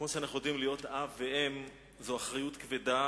כפי שאנחנו יודעים, להיות אב ואם זה אחריות כבדה